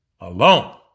Alone